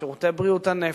שירותי בריאות הנפש,